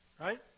right